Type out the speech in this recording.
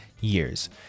years